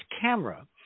camera